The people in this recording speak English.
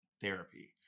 therapy